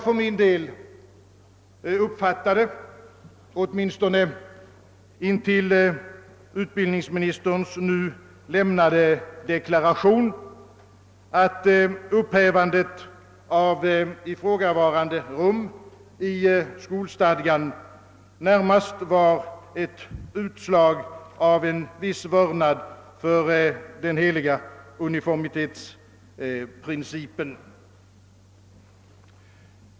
För min del uppfattade jag det, åtminstone intill utbildningsministerns nu lämnade deklaration, så att upphävandet av ifrågavarande författningsrum i skolstadgan närmast var ett utslag av en viss vördnad för den heliga uniformitetsprincipen.